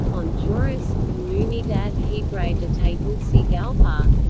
honduras comunidad hebrea de tegucigalpa